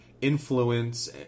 influence